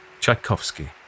Tchaikovsky